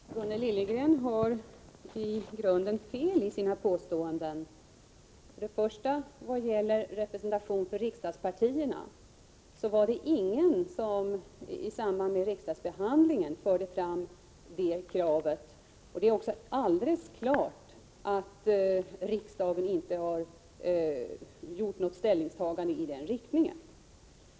Herr talman! Gunnel Liljegren har i grunden fel i sina påståenden. Det var ingen som i samband med riksdagsbehandlingen förde fram kravet på representation för riksdagspartierna. Det är också alldeles klart att riksdagen inte har gjort något ställningstagande i den riktningen.